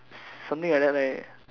something like that right